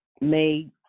made